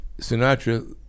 Sinatra